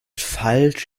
falsch